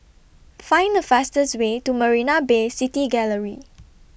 Find The fastest Way to Marina Bay City Gallery